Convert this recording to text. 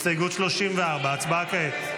-- הסתייגות 34. הצבעה כעת.